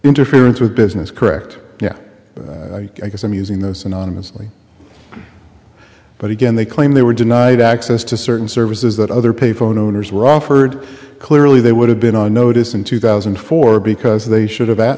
interference with business correct yeah i guess i'm using this anonymously but again they claim they were denied access to certain services that other pay phone owners were offered clearly they would have been on notice in two thousand and four because they should have that